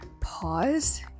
pause